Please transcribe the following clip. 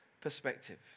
perspective